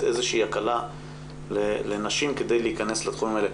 איזה שהיא הקלה לנשים כדי להיכנס לתחומים האלה.